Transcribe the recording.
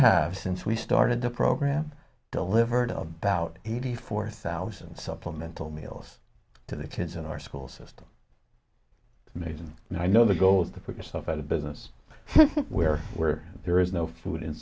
have since we started the program delivered about eighty four thousand supplemental meals to the kids in our school system amazing and i know the goal is to put yourself out of business where where there is no food